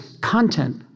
content